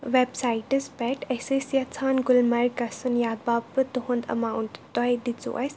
ویٚبسایٹَس پٮ۪ٹھ أسۍ ٲسۍ یَژھان گُلمَرگ گژھُن یتھ باپَتھ تُہُنٛد ایٚماوُنٛٹ تۄہہِ دِژو اسہِ